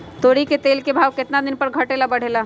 तोरी के तेल के भाव केतना दिन पर घटे ला बढ़े ला?